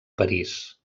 parís